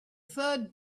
third